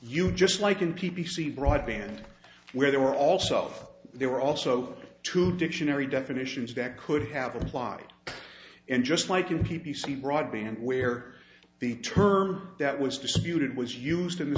you just like in p p c broadband where there were also of there were also two dictionary definitions that could have applied and just like in p p c broadband where the term that was disputed was used in the